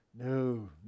No